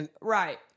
Right